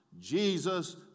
Jesus